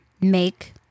make